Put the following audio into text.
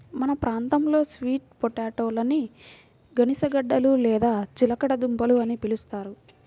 మన ప్రాంతంలో స్వీట్ పొటాటోలని గనిసగడ్డలు లేదా చిలకడ దుంపలు అని పిలుస్తారు